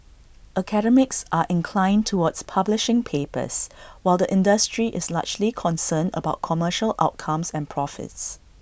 academics are inclined towards publishing papers while the industry is largely concerned about commercial outcomes and profits